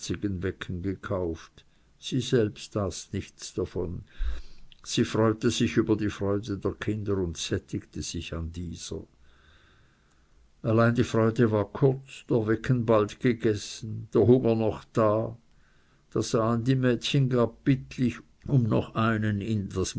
wecken gekauft sie selbst aß nichts davon sie freute sich über die freude der kinder und sättigte sich an dieser allein die freude war kurz der wecken bald gegessen der hunger noch da da sahen die mädchen gar bittlich um noch einen